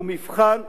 ומבחן חשוב.